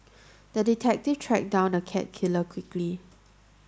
the detective tracked down the cat killer quickly